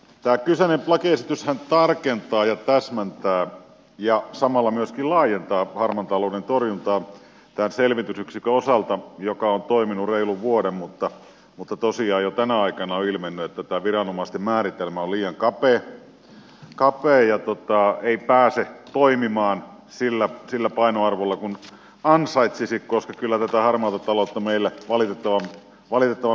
tämä kyseinen lakiesityshän tarkentaa ja täsmentää ja samalla myöskin laajentaa harmaan talouden torjuntaa tämän selvitysyksikön osalta joka on toiminut reilun vuoden mutta tosiaan jo tänä aikana on ilmennyt että tämä viranomaisten määritelmä on liian kapea ja ei pääse toimimaan sillä painoarvolla kuin ansaitsisi koska kyllä tätä harmaata taloutta meillä valitettavan paljon on